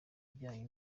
bijyanye